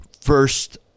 first